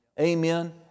Amen